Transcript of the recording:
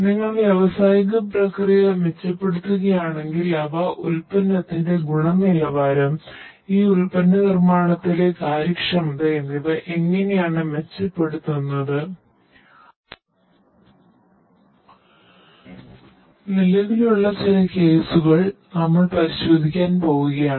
നിങ്ങൾ വ്യാവസായിക പ്രക്രിയ മെച്ചപ്പെടുത്തുകയാണെങ്കിൽ അവ ഉൽപ്പന്നത്തിന്റെ ഗുണനിലവാരം ഈ ഉൽപ്പന്ന നിർമ്മാണത്തിലെ കാര്യക്ഷമത എന്നിവ എങ്ങനെ ആണ് മെച്ചപ്പെടുന്നത് അതിനാൽ നിലവിലുള്ള ചില കേസുകൾ നമ്മൾ പരിശോധിക്കാൻ പോവുകയാണ്